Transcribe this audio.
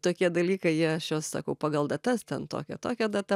tokie dalykai jie aš juos sakau pagal datas ten tokia tokia data